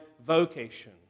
vocation